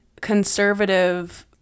conservative